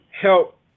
help